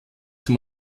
zum